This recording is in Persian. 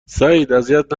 سعیداذیت